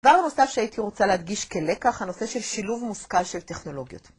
והנוסף שהייתי רוצה להדגיש כלקח, הנושא של שילוב מושכל של טכנולוגיות.